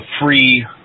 free